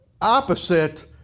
opposite